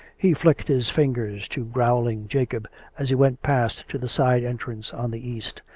he flicked his fingers to growling jacob as he went past to the side entrance on the east,